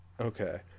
Okay